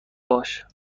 باشه